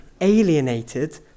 alienated